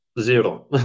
zero